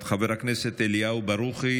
חבר הכנסת אליהו ברוכי.